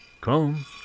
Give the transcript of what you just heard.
Come